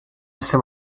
ese